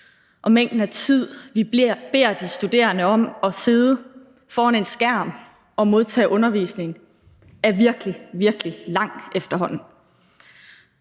og længden af tid, vi beder de studerende sidde foran en skærm og modtage undervisning, er virkelig, virkelig lang efterhånden.